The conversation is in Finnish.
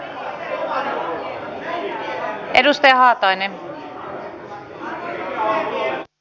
arvoisa puhemies